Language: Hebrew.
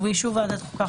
ובאישור ועדת החוקה,